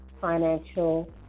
financial